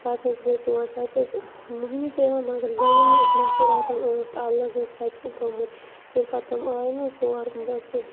پَتہٕ حظ گٔے تور تَتہِ حظ مۄہنی تہِ یِوان مگر زَنٮ۪ن ٲس مَستوٗراتَن ٲس اَلگ حظ تَتہِ تھوٚمُت ییٚلہِ پَتہٕ تِم آے نہٕ حظ تور بَسہٕ